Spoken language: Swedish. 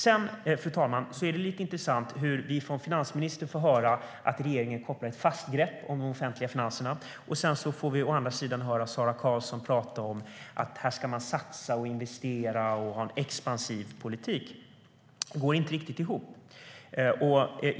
Fru talman! Av finansministern får vi höra att regeringen kopplar ett fast grepp om de offentliga finanserna. Sedan får vi höra Sara Karlsson säga att man ska satsa, investera och ha en expansiv politik. Det går inte riktigt ihop.